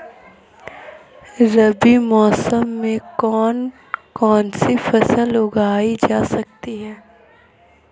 रबी मौसम में कौन कौनसी फसल उगाई जा सकती है?